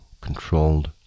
controlled